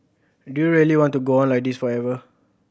do you really want to go on like this forever